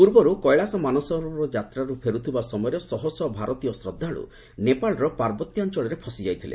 ପୂର୍ବରୁ କୈଳାସ ମାନସରୋବର ଯାତ୍ରାରୁ ଫେରୁଥିବା ସମୟରେ ଶହଶହ ଭାରତୀୟ ଶ୍ରଦ୍ଧାଳୁ ନେପାଳର ପାର୍ବତ୍ୟାଞ୍ଚଳରେ ଫସିଯାଇଥିଲେ